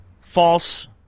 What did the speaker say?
false